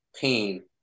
pain